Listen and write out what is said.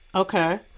Okay